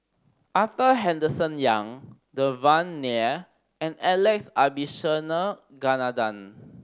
Arthur Henderson Young Devan Nair and Alex Abisheganaden